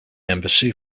embassy